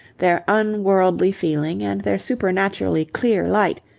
their unworldly feeling, and their supernaturally clear light,